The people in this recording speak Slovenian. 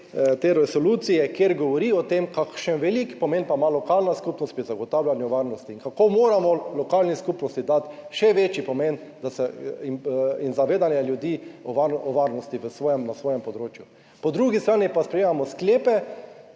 te resolucije, kjer govori o tem, kakšen velik pomen pa ima lokalna skupnost pri zagotavljanju varnosti in kako moramo lokalni skupnosti dati še večji pomen, da se in zavedanje ljudi o varnosti v svojem, na svojem področju. Po drugi strani pa sprejemamo sklepe,